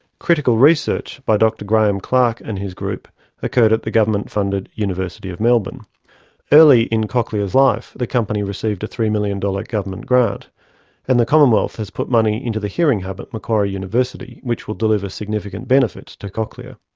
critical research by dr graeme clark and his group occurred at the government funded university of melbourne early in cochlear's life the company received a three million dollars government grant and the commonwealth has put money into the hearing hub macquarie university which will deliver significant benefits to cochlear.